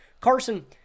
Carson